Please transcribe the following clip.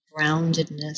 groundedness